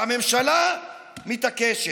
והממשלה מתעקשת.